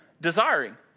Desiring